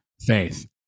faith